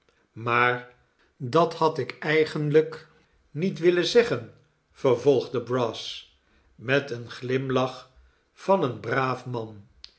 maar dat had ik eigenlijk niet willen zeggen vervolgde bras met een glimlach van een braaf man